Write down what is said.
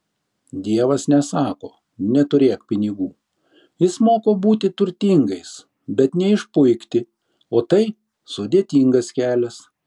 dievas nesako neturėk pinigų jis moko būti turtingais bet neišpuikti o tai sudėtingas kelias